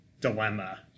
dilemma